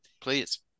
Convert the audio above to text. Please